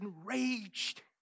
enraged